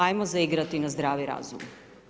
Ajmo zaigrati na zdravi razum.